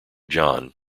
john